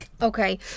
Okay